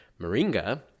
moringa